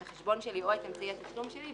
את החשבון שלי או את אמצעי התשלום שלי,